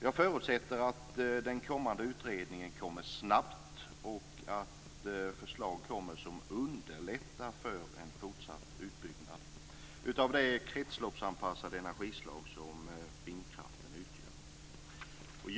Jag förutsätter att utredningen i fråga kommer snabbt och att det kommer förslag som underlättar för en fortsatt utbyggnad av det kretsloppsanpassade energislag som vindkraften utgör.